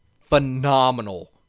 phenomenal